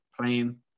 playing